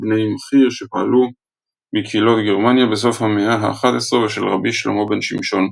בני מכיר שפעלו בקהילות גרמניה בסוף המאה ה-11 ושל רבי שלמה בן שמשון.